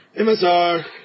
MSR